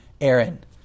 Aaron